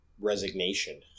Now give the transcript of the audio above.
resignation